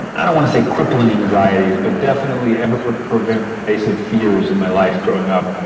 and i don't want to say crippling anxieties but definitely ever pervasive pervasive fears in my life growing up,